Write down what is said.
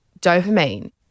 dopamine